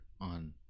on